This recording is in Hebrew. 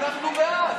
אנחנו בעד.